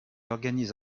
organise